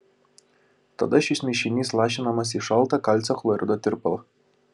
tada šis mišinys lašinamas į šaltą kalcio chlorido tirpalą